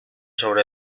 sobre